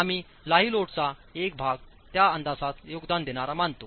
आम्ही लाइव्ह लोडचा एक भाग त्या अंदाजास योगदान देणारा मानतो